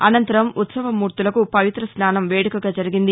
అనంతరం ఉత్సవమూర్తలకు పవితస్నాసం వేడుకగా జరిగింది